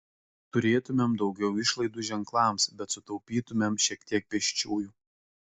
turėtumėm daugiau išlaidų ženklams bet sutaupytumėm šiek tiek pėsčiųjų